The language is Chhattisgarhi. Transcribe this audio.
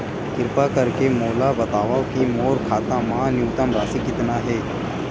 किरपा करके मोला बतावव कि मोर खाता मा न्यूनतम राशि कतना हे